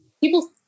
People